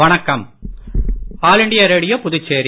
வணக்கம் all India Radio Puducherry